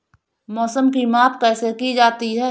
मौसम की माप कैसे की जाती है?